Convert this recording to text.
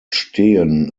stehen